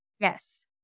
Yes